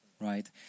right